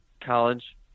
college